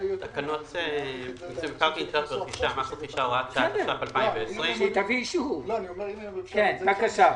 בתוקף סמכותי לפי סעיפים 9 ו-115 לחוק מיסוי מקרקעין (שבח ורכישה),